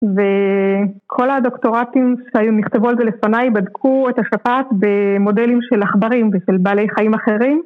וכל הדוקטורטים שהיו, נכתבו על זה לפניי, בדקו את השפעת במודלים של עכברים ושל בעלי חיים אחרים.